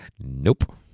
nope